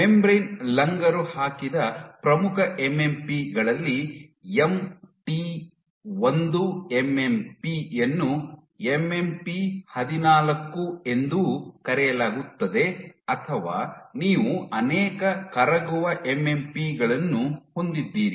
membrane ಲಂಗರು ಹಾಕಿದ ಪ್ರಮುಖ ಎಂಎಂಪಿ ಗಳಲ್ಲಿ ಎಮ್ಟಿ 1 ಎಂಎಂಪಿ ಯನ್ನು ಎಂಎಂಪಿ 14 ಎಂದೂ ಕರೆಯಲಾಗುತ್ತದೆ ಅಥವಾ ನೀವು ಅನೇಕ ಕರಗುವ ಎಂಎಂಪಿ ಗಳನ್ನು ಹೊಂದಿದ್ದೀರಿ